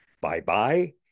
Bye-bye